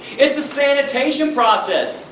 it's a sanitation process!